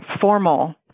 formal